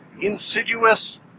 Insidious